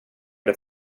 det